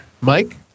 Mike